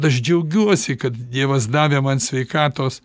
aš džiaugiuosi kad dievas davė man sveikatos